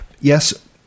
Yes